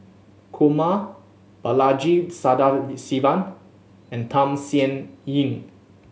Kumar Balaji Sadasivan and Tham Sien Yen